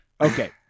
Okay